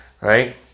right